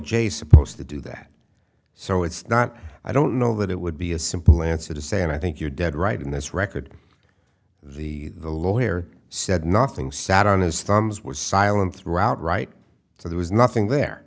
j supposed to do that so it's not i don't know that it would be a simple answer to say and i think you're dead right in this record the lawyer said nothing sat on his thumbs was silent throughout right so there was nothing there